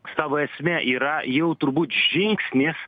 savo esme yra jau turbūt žingsnis